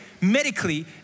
medically